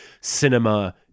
cinema